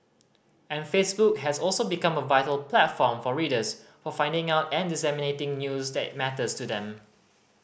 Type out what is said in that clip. and Facebook has also become a vital platform for readers for finding out and disseminating news that matters to them